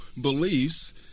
beliefs